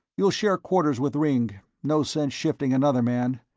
you'll share quarters with ringg no sense shifting another man.